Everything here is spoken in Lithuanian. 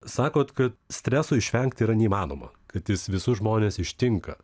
sakot kad streso išvengti yra neįmanoma kad jis visus žmones ištinka